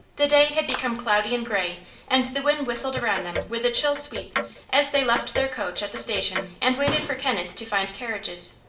the day had become cloudy and gray and the wind whistled around them with a chill sweep as they left their coach at the station and waited for kenneth to find carriages.